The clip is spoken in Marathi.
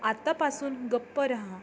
आत्तापासून गप्प रहा